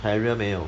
harrier 没有